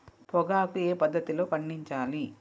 పొగాకు ఏ పద్ధతిలో పండించాలి?